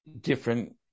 different